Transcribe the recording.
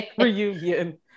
reunion